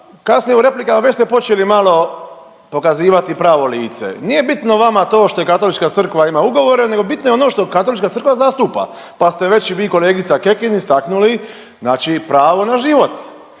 kasnije u replikama već ste počeli malo pokazivati pravo lice. Nije bitno vama to što Katolička Crkva ima ugovore, nego bitno je ono što Katolička Crkva zastupa pa ste već i vi, kolegica Kekin istaknuli znači pravo na život